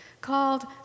called